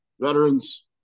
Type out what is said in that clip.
veterans